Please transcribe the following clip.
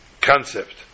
concept